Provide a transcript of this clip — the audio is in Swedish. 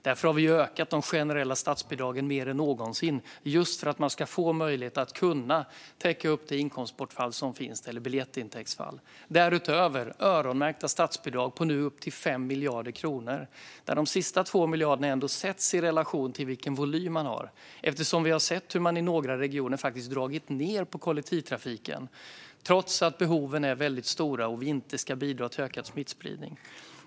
Vi har därför ökat de generella statsbidragen mer än någonsin för att man ska kunna täcka upp det inkomstbortfall eller det biljettintäktsfall som finns. Därutöver ger vi nu öronmärkta statsbidrag på upp till 5 miljarder kronor. De sista 2 miljarderna sätts i relation till vilken volym man har. Vi har ju sett att man i några regioner har dragit ned i kollektivtrafiken, trots att behoven är stora och vi inte ska bidra till ökad smittspridning.